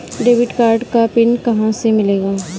Debit card का PIN कहां से मिलेगा?